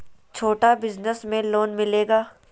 छोटा बिजनस में लोन मिलेगा?